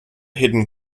hidden